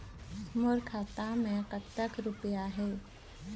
मोर खाता मैं कतक रुपया हे?